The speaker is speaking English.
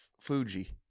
fuji